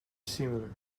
similar